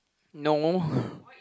no